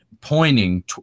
pointing